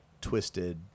twisted